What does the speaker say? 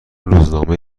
رزومه